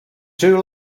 too